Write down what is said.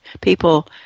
people